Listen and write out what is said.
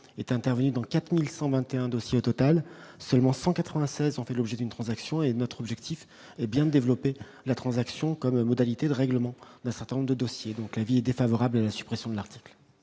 est intervenu dans 4121 dossiers, au total, seulement 196 ont fait l'objet d'une transaction et notre objectif est bien développé la transaction comme modalité de règlement d'un certain nombre de dossiers, donc l'avis défavorable à la suppression de l'article.